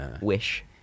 Wish